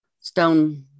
stone